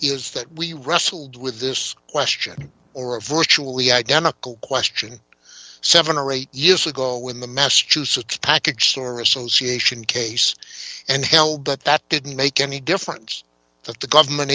is that we wrestled with this question or a virtually identical question seven or eight years ago when the massachusetts packet sure association case and held that that didn't make any difference that the government